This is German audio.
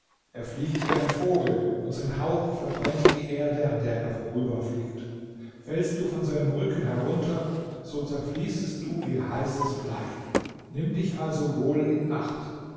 er fliegt wie ein vogel und sein hauch verbrennt die erde an der er vorüberfliegt fällst du von seinem rücken herunter so zerfließest du wie heißes blei nimm dich also wohl in acht